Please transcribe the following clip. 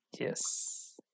Yes